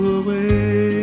away